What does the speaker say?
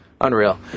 Unreal